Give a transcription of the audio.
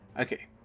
okay